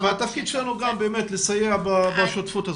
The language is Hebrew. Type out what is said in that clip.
התפקיד שלנו לסייע בשותפות הזאת.